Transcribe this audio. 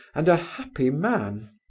and a happy man.